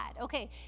Okay